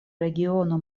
regiono